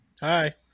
Hi